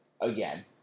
again